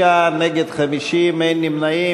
בעד, 36, נגד, 50, אין נמנעים.